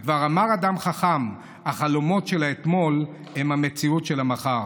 וכבר אמר אדם חכם: החלומות של האתמול הם המציאות של המחר.